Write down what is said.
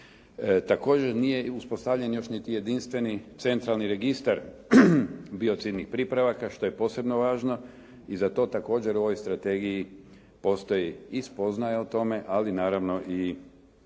Također nije uspostavljen još niti jedinstveni centralni registar biocidnih pripravaka što je posebno važno i za to također u ovoj strategiji postoji i spoznaja o tome, ali naravno i prijedlozi